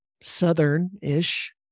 Southern-ish